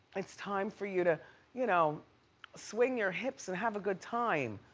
it's time for you to you know swing your hips and have a good time.